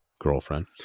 girlfriend